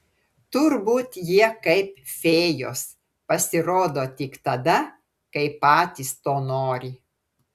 turbūt jie kaip fėjos pasirodo tik tada kai patys to nori